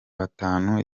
batanu